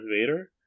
Vader